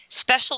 special